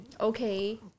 Okay